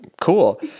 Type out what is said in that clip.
cool